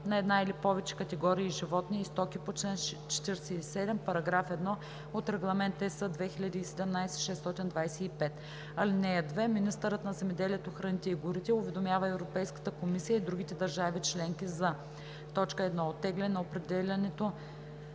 на една или повече категории животни и стоки по чл. 47, параграф 1 от Регламент (EС) 2017/625. (2) Министърът на земеделието, храните и горите уведомява Европейската комисия и другите държави членки за: 1. оттегляне на определянето